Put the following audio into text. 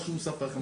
מה שהוא מספר לכם.